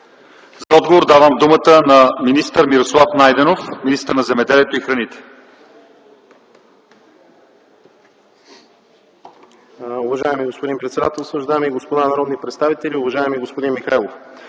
За отговор давам думата на министър Мирослав Найденов – министър на земеделието и храните.